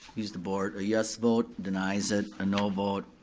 use the board, a yes vote denies it, a no vote